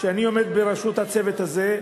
ואני עומד בראשות הצוות הזה.